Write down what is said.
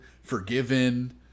forgiven